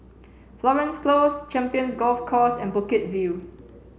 florence Close Champions Golf Course and Bukit View